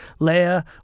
Leia